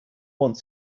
want